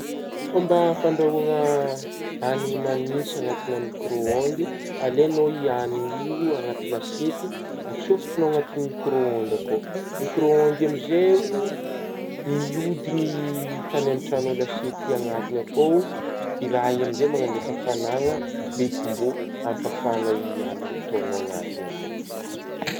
Fômba fandrahoagna hanigna magnintsigny anatinà micrô-ôndy ,alainao i-hanigna io anaty lasiety antsofotrignao anaty micrô-ôndy akao ,microô-ôndy amin'izeo mihodigny tany amin-gny trano a-lasiety anatigny akao ,i-raha io amin'izey mandefa hafanagna be ky mbô hampafagna i-hanigny ataognao anatigny akao.